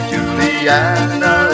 Juliana